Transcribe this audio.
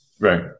Right